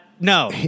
No